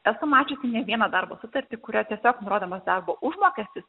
esu mačiusi ne vieną darbo sutartį kurioj tiesiog nurodomas darbo užmokestis